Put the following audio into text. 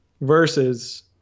versus